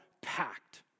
Packed